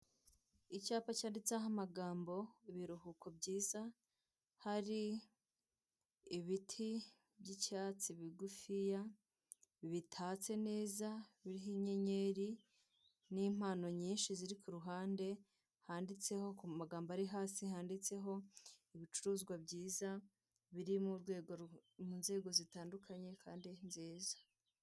Icyapa cyanditseho amagambo ibiruhuko byiza, hari ibiti by'icyatsi bigufiya bitatse neza, biriho inyenyeri n'impano nyinshi ziri ku ruhande, handitseho ku magambo ari hasi handitseho ibicuruzwa byiza biri mu nzego zitandukanye kandi nziza.